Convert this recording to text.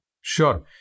Sure